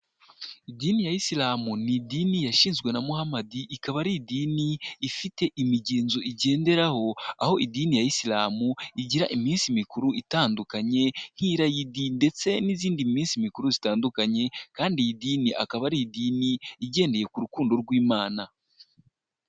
Idini ya Isilamu ni idini yashinzwe na Muhamadi, ikaba ari idini ifite imigenzo igenderaho, aho idini ya Isilamu igira iminsi mikuru itandukanye nk'irayidini ndetse n'izindi minsi mikuru zitandukanye, kandi iyi dini akaba ari idini igendeye ku rukundo rw'Imana.